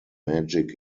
magic